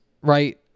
Right